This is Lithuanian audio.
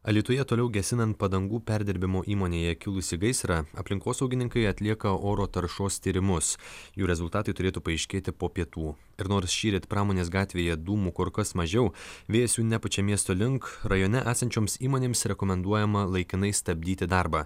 alytuje toliau gesinant padangų perdirbimo įmonėje kilusį gaisrą aplinkosaugininkai atlieka oro taršos tyrimus jų rezultatai turėtų paaiškėti po pietų ir nors šįryt pramonės gatvėje dūmų kur kas mažiau vėjas jų nepučia miesto link rajone esančioms įmonėms rekomenduojama laikinai stabdyti darbą